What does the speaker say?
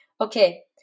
Okay